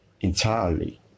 entirely